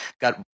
got